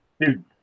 dude